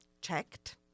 checked